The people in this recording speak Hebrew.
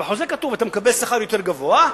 ובחוזה כתוב שאתה מקבל שכר יותר גבוה,